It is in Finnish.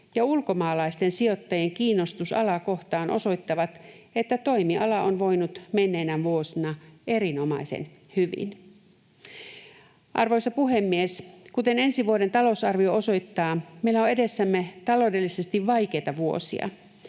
ja ulkomaalaisten sijoittajien kiinnostus alaa kohtaan osoittavat, että toimiala on voinut menneinä vuosina erinomaisen hyvin. Arvoisa puhemies! Kuten ensi vuoden talousarvio osoittaa, meillä on edessämme taloudellisesti vaikeita vuosia.